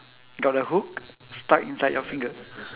got the hook stuck inside your finger